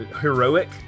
heroic